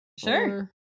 Sure